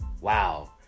Wow